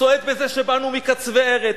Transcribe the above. צועד בזה שבאנו מקצווי ארץ,